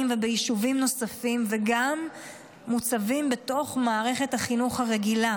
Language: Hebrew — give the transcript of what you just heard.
וביישובים נוספים וגם מוצבים בתוך מערכת החינוך הרגילה,